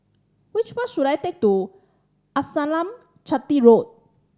which bus should I take to Amasalam Chetty Road